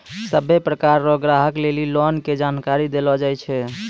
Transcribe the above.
सभ्भे प्रकार रो ग्राहक लेली लोन के जानकारी देलो जाय छै